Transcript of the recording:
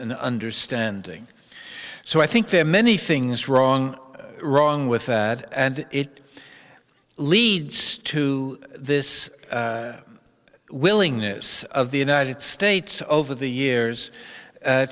and understanding so i think there are many things wrong wrong with that and it leads to this willingness of the united states over the years